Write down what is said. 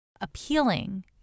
appealing